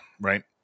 right